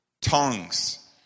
tongues